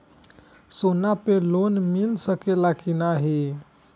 सोना पे लोन मिल सकेला की नाहीं?